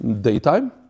daytime